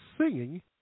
singing